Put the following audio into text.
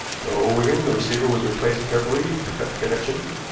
no, wigan, the receiver was replaced carefully to cut the connection,